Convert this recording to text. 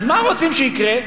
אז מה רוצים שיקרה?